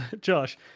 Josh